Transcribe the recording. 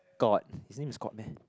Kot his name is Kot meh